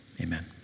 amen